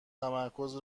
تمرکز